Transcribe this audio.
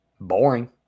Boring